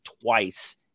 twice